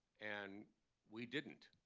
and we didn't.